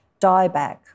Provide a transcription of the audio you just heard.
dieback